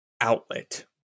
outlet